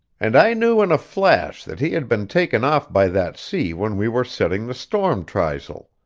and i knew in a flash that he had been taken off by that sea when we were setting the storm trysail.